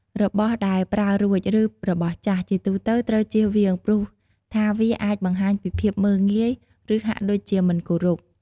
របស់ដែលប្រើរួច ឬរបស់ចាស់ ជាទូទៅត្រូវជៀសវាង ព្រោះថាវាអាចបង្ហាញនៃភាពមើលងាយ ឬហាក់ដូចជាមិនគោរព។